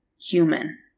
human